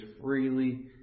freely